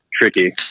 tricky